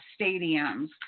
stadiums